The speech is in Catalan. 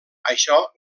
això